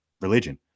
religion